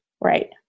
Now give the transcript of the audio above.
Right